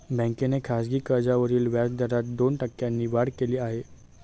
बँकेने खासगी कर्जावरील व्याजदरात दोन टक्क्यांनी वाढ केली आहे